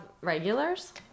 regulars